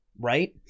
right